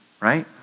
right